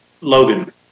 Logan